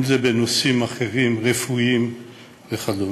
אם בנושאים אחרים רפואיים וכדומה.